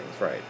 right